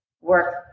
work